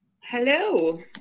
Hello